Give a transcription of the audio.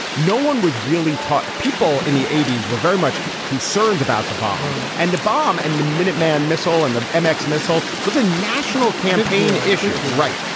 no one was really taught. people in the eighty s were very much concerned about the bomb and the bomb and the minuteman missile. and the imex missile was a national campaign issue. right.